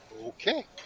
Okay